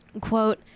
quote